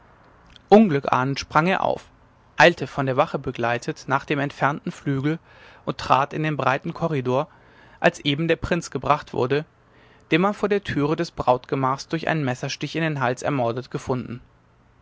unglückahnend sprang er auf eilte von der wache begleitet nach dem entfernten flügel und trat in den breiten korridor als eben der prinz gebracht wurde den man vor der türe des brautgemachs durch einen messerstich in den hals ermordet gefunden